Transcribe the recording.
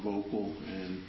vocal and